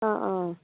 অঁ অঁ